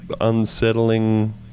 unsettling